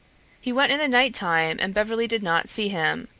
he went in the night time and beverly did not see him.